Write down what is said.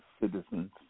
citizens